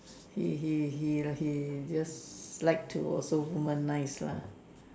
he he he he just like to womanize lah